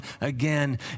again